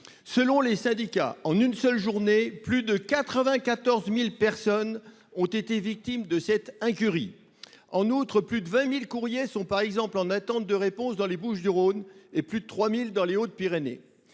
Selon les syndicats, en une seule journée, plus de 94 000 personnes ont été victimes de cette incurie. De plus, par exemple, plus de 20 000 courriers sont en attente de réponse dans les Bouches-du-Rhône et plus de 3 000 dans les Hautes-Pyrénées.